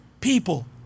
people